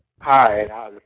Hi